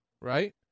Right